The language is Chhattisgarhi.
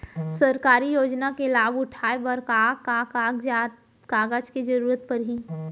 सरकारी योजना के लाभ उठाए बर का का कागज के जरूरत परही